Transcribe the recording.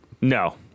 No